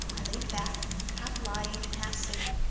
i leaned back, half lying and half sitting,